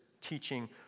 teaching